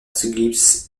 gibbs